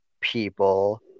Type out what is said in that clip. people